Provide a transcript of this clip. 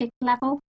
level